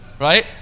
right